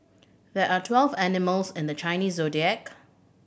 there are twelve animals in the Chinese Zodiac